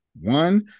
One